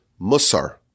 Musar